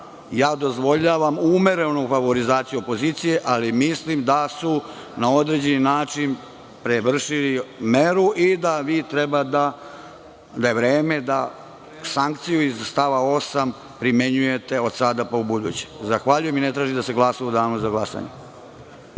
dozvoljavam umerenu favorizaciju opozicije, ali mislim da su na određeni način prevršili meru i da vi da je vreme za sankciju iz stava 8. primenjujete od sada pa ubuduće. Zahvaljujem i ne tražim da se glasa u danu za glasanje.